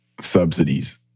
Subsidies